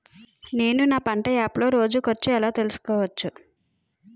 నేను నా పంట యాప్ లో రోజు ఖర్చు ఎలా తెల్సుకోవచ్చు?